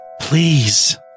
Please